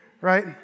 right